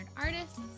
artists